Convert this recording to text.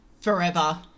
forever